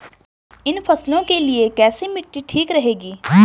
इन फसलों के लिए कैसी मिट्टी ठीक रहेगी?